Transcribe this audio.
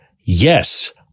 Yes